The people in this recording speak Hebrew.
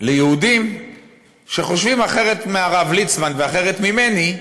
ליהודים שחושבים אחרת מהרב ליצמן ואחרת ממני,